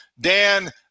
Dan